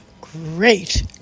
great